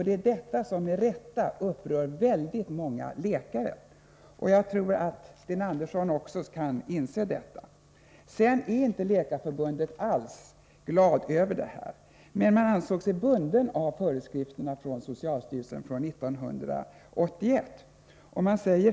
Det är detta som med rätta upprör väldigt många läkare. Jag tror att också Sten Andersson kan inse detta. Inom Läkarförbundet är man inte alls glad över detta, men man ansåg sig bunden av föreskrifterna från 1981 från socialstyrelsen.